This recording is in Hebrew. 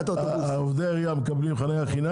עובדי העירייה מקבלים חנייה חינם?